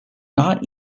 not